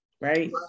right